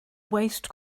waste